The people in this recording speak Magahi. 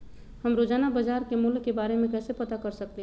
हम रोजाना बाजार के मूल्य के के बारे में कैसे पता कर सकली ह?